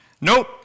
Nope